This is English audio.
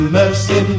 mercy